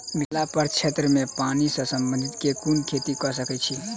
मिथिला प्रक्षेत्र मे पानि सऽ संबंधित केँ कुन खेती कऽ सकै छी?